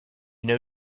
know